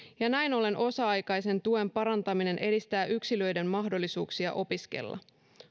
ja näin ollen osa aikaisen tuen parantaminen edistää yksilöiden mahdollisuuksia opiskella